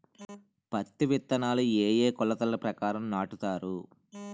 పత్తి విత్తనాలు ఏ ఏ కొలతల ప్రకారం నాటుతారు?